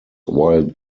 while